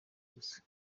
gusa